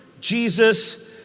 Jesus